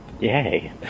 Yay